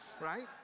right